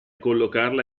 collocarla